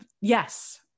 Yes